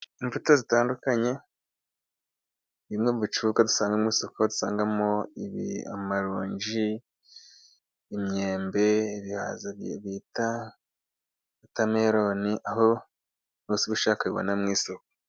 Imbuto zitandukanye bimwe mubicuruzwa dusanga mu isoko dusangamo ibi: amaronji, imyembe, ibihaza bita wotameroni aho buri wese ubishatse abibona mu isoko.